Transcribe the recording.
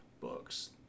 books